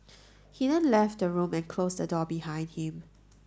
he then left the room and closed the door behind him